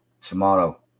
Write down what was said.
tomorrow